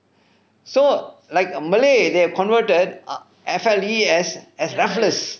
so like malay they converted F L E S as raffles